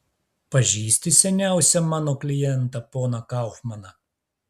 pažįsti seniausią mano klientą poną kaufmaną